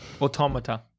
Automata